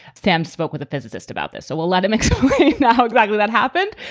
sam spoke with a physicist about this, so we'll let him know how exactly that happened.